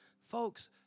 Folks